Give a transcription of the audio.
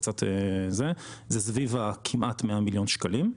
זה סביב הכמעט 100 מיליון שקלים.